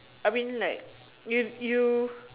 I mean like you you